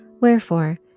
Wherefore